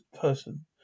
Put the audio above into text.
person